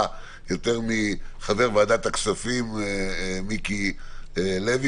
יותר מאשר חבר ועדת הכספים מיקי לוי,